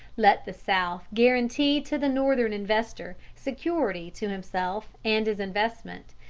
let the south guarantee to the northern investor security to himself and his investment,